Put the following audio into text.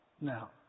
Now